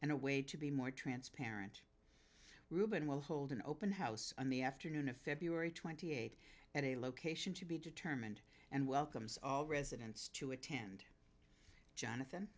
and a way to be more transparent reuben will hold an open house on the afternoon of february twenty eighth at a location to be determined and welcomes all residents to attend jonathan